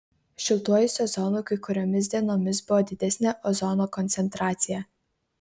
šiltuoju sezonu kai kuriomis dienomis buvo didesnė ozono koncentracija